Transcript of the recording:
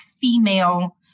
female